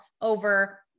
over